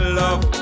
love